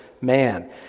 man